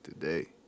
today